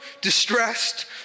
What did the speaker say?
distressed